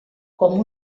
com